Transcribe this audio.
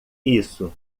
isso